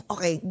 Okay